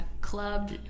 club